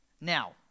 Now